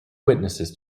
witnesses